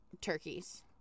turkeys